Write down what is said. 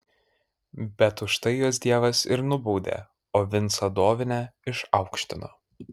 bet už tai juos dievas ir nubaudė o vincą dovinę išaukštino